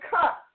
cut